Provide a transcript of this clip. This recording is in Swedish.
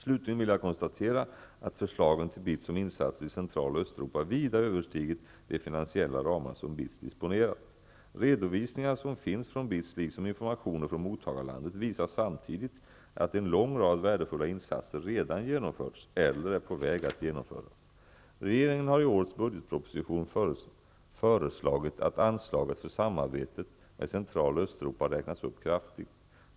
Slutligen vill jag konstatera att förslagen till BITS om insatser i Central och Östeuropa vida överstigit de finansiella ramar som BITS liksom informationer från mottagarlandet visar samtidigt att en lång rad värdefulla insatser redan genomförts eller är på väg att genomföras. Regeringen har i årets budgetproposition föreslagit att anslaget för samarbetet med Central och Östeuropa räknas upp kraftigt.